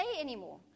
anymore